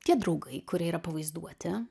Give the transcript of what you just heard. tie draugai kurie yra pavaizduoti